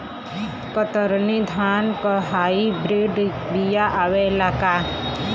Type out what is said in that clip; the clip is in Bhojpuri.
कतरनी धान क हाई ब्रीड बिया आवेला का?